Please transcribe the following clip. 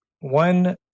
one